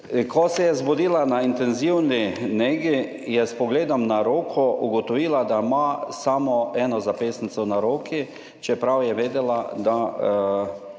Ko se je zbudila na intenzivni negi, je s pogledom na roko ugotovila, da ima samo eno zapestnico na roki, čeprav je vedela, da